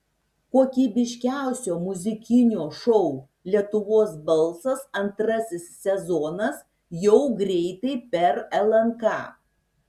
kokybiškiausio muzikinio šou lietuvos balsas antrasis sezonas jau greitai per lnk